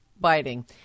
biting